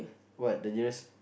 what the nearest